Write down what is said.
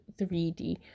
3d